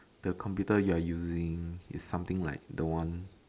the computer you are using is something like the one